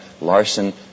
Larson